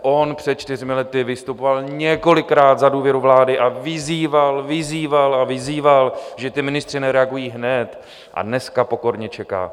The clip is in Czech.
On před čtyřmi lety vystupoval několikrát za důvěru vlády a vyzýval, vyzýval a vyzýval, že ministři nereagují hned, a dneska pokorně čeká.